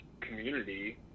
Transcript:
community